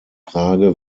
frage